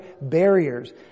barriers